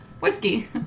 Whiskey